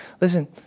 Listen